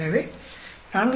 எனவே 4